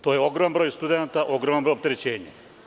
To je ogroman broj studenata, ogromno opterećenje.